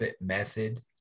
method